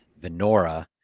Venora